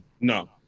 No